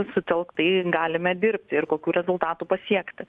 sutelktai galime dirbti ir kokių rezultatų pasiekti